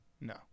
No